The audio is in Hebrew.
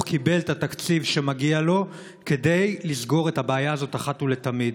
קיבל את התקציב שמגיע לו כדי לסגור את הבעיה הזאת אחת ולתמיד.